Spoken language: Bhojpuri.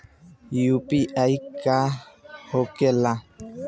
यू.पी.आई का होके ला?